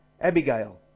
Abigail